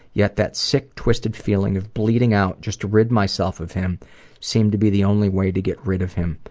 yet that sick twisted feeling of bleeding out just to rid myself of him seemed to be the only way to get rid of him,